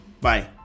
Bye